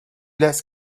less